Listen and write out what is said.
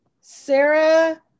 Sarah